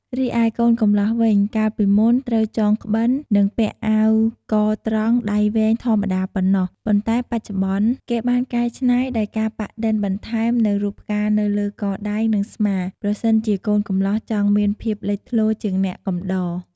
រីឯកូនកម្លោះវិញ កាលពីមុនត្រូវចងក្បិល និងពាក់អាវកត្រង់ដៃវែងធម្មតាប៉ុណ្ណោះ ប៉ុន្តែបច្ចុប្បន្ន គេបានកែច្នៃដោយការប៉ាក់ឌិនបន្ថែមនូវរូបផ្កានៅលើ កដៃ និងស្មាប្រសិនជាកូនកម្លោះចង់មានភាពលេចធ្លោជាងអ្នកកំដរ។